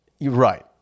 right